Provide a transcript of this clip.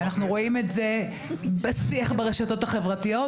ואנחנו רואים את זה בשיח ברשתות החברתיות,